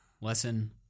Lesson